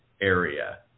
area